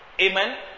Amen